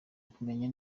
kumenya